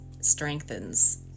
strengthens